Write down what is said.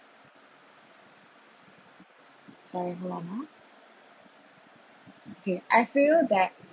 sorry hold on ah okay I feel that